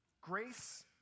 Grace